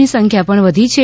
ની સંખ્યા પણ વધી છે